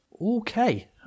Okay